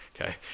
Okay